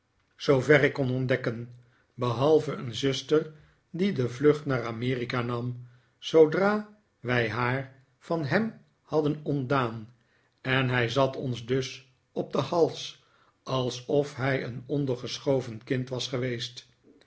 zoover ik kon ontdekken behalve een zuster die de vlucht naar ajmerika nam zoodra wij haar van hem hadden ontdaan en hij zat ons dus op den hals alsof hij een ondergeschoven kind was geweest